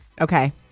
Okay